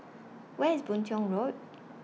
Where IS Boon Tiong Road